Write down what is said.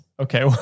Okay